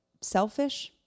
selfish